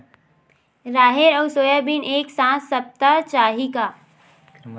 राहेर अउ सोयाबीन एक साथ सप्ता चाही का?